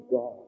God